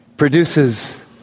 produces